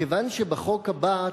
ספר הבוחרים.